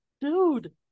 dude